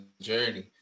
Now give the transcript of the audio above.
journey